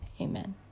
amen